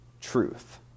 truth